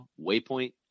waypoint